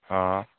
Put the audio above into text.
हाँ